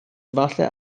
efallai